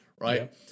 right